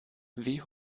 wie